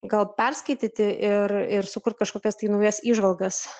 gal perskaityti ir ir sukurt kažkokias tai naujas įžvalgas